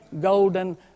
golden